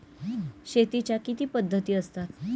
शेतीच्या किती पद्धती असतात?